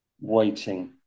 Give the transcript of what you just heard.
waiting